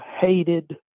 hated